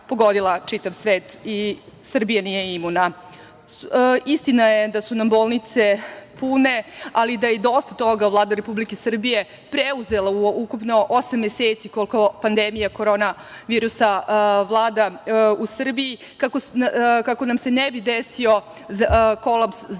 pogodila čitav svet i Srbija nije imuna. Istina je da su nam bolnice pune, ali i da je dosta toga Vlada Republike Srbije preuzela u ukupno osam meseci koliko pandemija korona virusa vlada u Srbiji kako nam se ne bi desio kolaps zdravstvenog